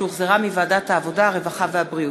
שהחזירה ועדת העבודה, הרווחה והבריאות.